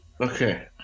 Okay